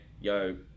yo